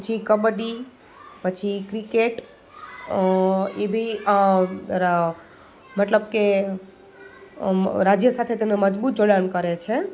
પછી કબડ્ડી પછી ક્રિકેટ એબી મતલબ કે રાજ્ય સાથે તમને મજબૂત જોડાણ કરે છે